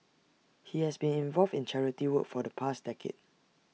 he has been involved in charity work for the past decade